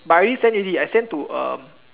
but I already send already I send to uh